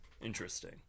Interesting